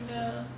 ya